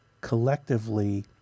collectively